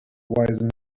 wise